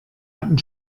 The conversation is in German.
hatten